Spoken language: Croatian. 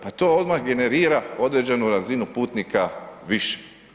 Pa to odmah generira određenu razinu putnika više.